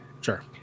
Sure